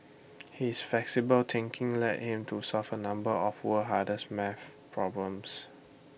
his flexible thinking led him to solve A number of world hardest math problems